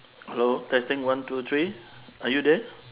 hello testing one two three are you there